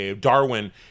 Darwin